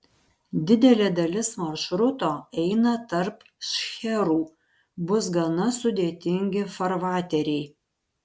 didelė dalis maršruto eina tarp šcherų bus gana sudėtingi farvateriai